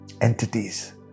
entities